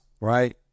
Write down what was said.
right